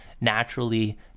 naturally